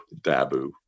Dabu